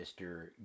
Mr